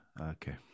Okay